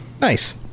Nice